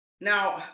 Now